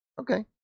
Okay